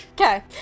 Okay